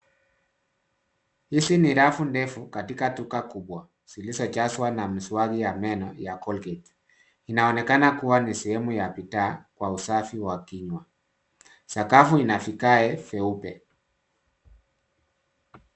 Hizi ni rafu ndefu katika duka kubwa zilizojazwa na miswaki ya meno ya Colgate . Inaonekana kuwa ni sehemu ya bidhaa kwa usafi wa kinywa. Sakafu ina vigae vyeupe.